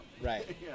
Right